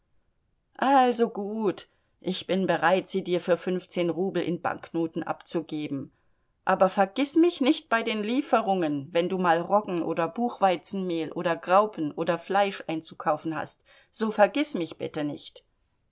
also gut ich bin bereit sie dir für fünfzehn rubel in banknoten abzugeben aber vergiß mich nicht bei den lieferungen wenn du mal roggen oder buchweizenmehl oder graupen oder fleisch einzukaufen hast so vergiß mich bitte nicht